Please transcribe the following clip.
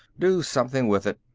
do something with it.